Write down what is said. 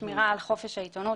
שמירה על חופש העיתונות,